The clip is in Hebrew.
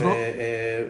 דרור,